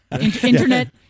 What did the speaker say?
internet